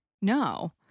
No